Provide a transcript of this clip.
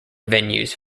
venues